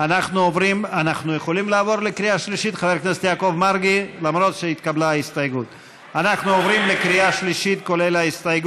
החלטנו לקבוע במפורש שתקנות בנושא איסור